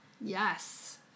Yes